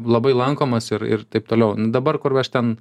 labai lankomas ir ir taip toliau dabar kur aš ten